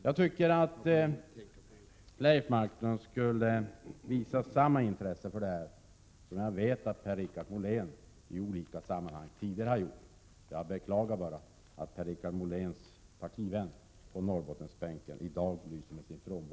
Leif Marklund borde visa denna fråga samma intresse som Per-Richard Molén gjort i olika sammanhang tidigare. Jag beklagar bara att Per-Richard Moléns partivän på Norrbottensbänken i dag lyser med sin frånvaro.